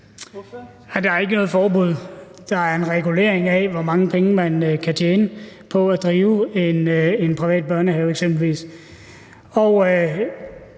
Der er ikke noget forbud. Der er en regulering af, hvor mange penge man kan tjene på at drive eksempelvis en privat børnehave.